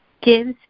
gives